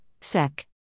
Sec